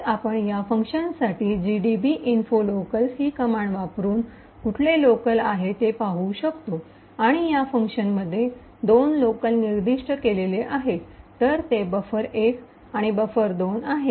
तर आपण या फंक्शनसाठी gdb info locals ही कमांड वापरून कुठले लोकल आहे ते पाहू शकतो आणि या फंक्शनमध्ये २ लोकल निर्दिष्ट केलेले आहेत तर ते बफर१ आणि बफर२ आहे